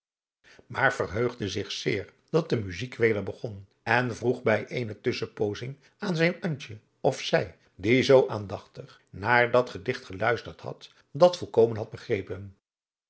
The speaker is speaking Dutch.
maar verheugde zich zeer dat de muzijk weder begon en vroeg bij eene tusschenpoozing aan zijn antje of zij die zoo aandachtig naar dat gedicht geluisterd had dat volkomen had begrepen